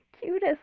cutest